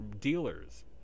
dealers